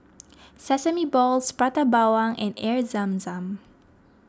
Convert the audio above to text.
Sesame Balls Prata Bawang and Air Zam Zam